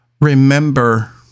remember